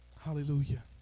Hallelujah